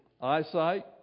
eyesight